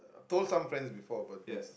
told some friends before about this